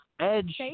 Edge